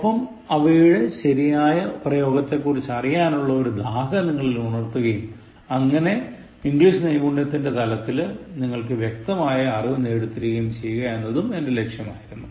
ഒപ്പം അവയുടെ ശരിയായ പ്രയോഗങ്ങളെക്കുറിച്ചറിയാനുള്ള ഒരു ദാഹം നിങ്ങളിൽ ഉണർത്തുകയും അങ്ങനെ ഇംഗ്ലീഷ് നൈപുണ്യത്തിന്റെ തലത്തിൽ നിങ്ങൾക്ക് വ്യക്തമായ അറിവ് നേടിത്തരുകയും ചെയ്യുക എന്നതും എന്റെ ലക്ഷ്യമായിരുന്നു